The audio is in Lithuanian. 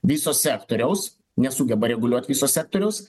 viso sektoriaus nesugeba reguliuot viso sektoriaus